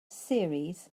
series